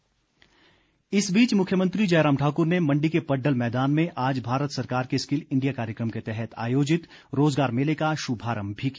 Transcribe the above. मुख्यमंत्री इस बीच मुख्यमंत्री जयराम ठाकुर ने मंडी के पड्डल मैदान में आज भारत सरकार के स्किल इंडिया कार्यक्रम के तहत आयोजित रोजगार मेले का शुभारम्भ भी किया